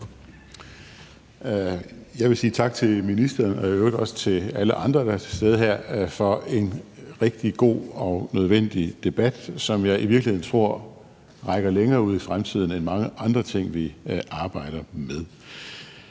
Jeg vil sige tak til ministeren og i øvrigt også til alle andre, der er til stede her, for en rigtig god og nødvendig debat, som jeg i virkeligheden tror rækker længere ud i fremtiden end mange andre ting, vi arbejder med.